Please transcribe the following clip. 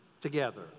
together